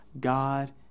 God